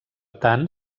tant